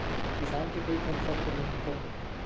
किसान के कइ ठन सब्द मन बिकट होथे